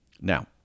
Now